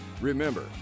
remember